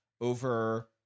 over